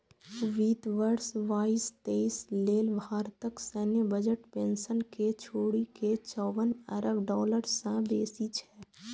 वित्त वर्ष बाईस तेइस लेल भारतक सैन्य बजट पेंशन कें छोड़ि के चौवन अरब डॉलर सं बेसी छै